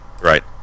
Right